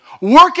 Work